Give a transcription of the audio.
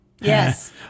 Yes